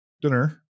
dinner